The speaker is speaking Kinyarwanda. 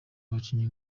abakinnyi